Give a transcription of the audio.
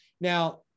Now